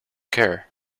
care